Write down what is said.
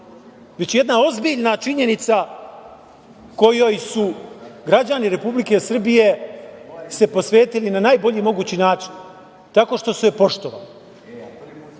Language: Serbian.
već jedna ozbiljna činjenica kojoj su građani Republike Srbije se posvetili na najbolji mogući način, tako što su je poštovali.